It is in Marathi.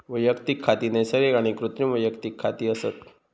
वैयक्तिक खाती नैसर्गिक आणि कृत्रिम वैयक्तिक खाती असत